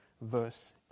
verse